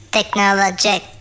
Technologic